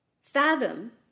fathom